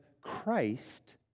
Christ